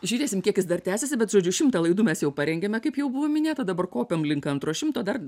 žiūrėsim kiek jis dar tęsiasi bet žodžiu šimtą laidų mes jau parengėme kaip jau buvo minėta dabar kopiam link antro šimto dar